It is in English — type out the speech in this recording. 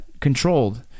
controlled